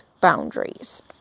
boundaries